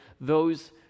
those